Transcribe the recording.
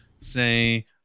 say